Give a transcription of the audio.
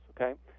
okay